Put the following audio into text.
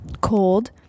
cold